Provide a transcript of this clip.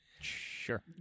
Sure